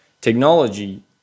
Technology